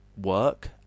work